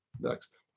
next